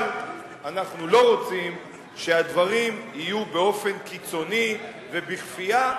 אבל אנחנו לא רוצים שהדברים יהיו באופן קיצוני ובכפייה,